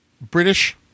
British